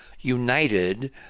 united